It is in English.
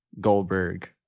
Goldberg